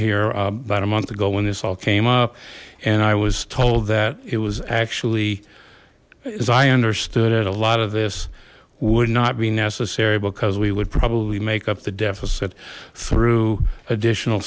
here about a month ago when this all came up and i was told that it was actually as i understood it a lot of this would not be necessary because we would probably make up the deficit through additional